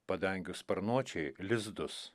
padangių sparnuočiai lizdus